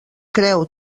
creu